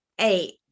eight